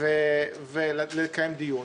ולקיים דיון.